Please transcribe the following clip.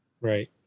Right